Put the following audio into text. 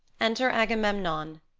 enter agamemnon,